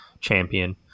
champion